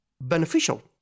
beneficial